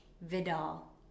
Vidal